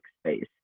space